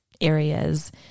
areas